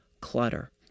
clutter